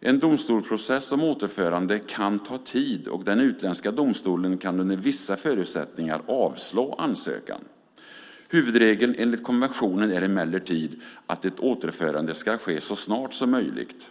En domstolsprocess om återförande kan ta tid, och den utländska domstolen kan under vissa förutsättningar avslå ansökan. Huvudregeln enligt konventionen är emellertid att ett återförande ska ske så snart som möjligt.